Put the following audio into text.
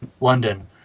London